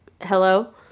Hello